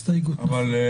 הצבעה הסתייגות 16 לא אושרה.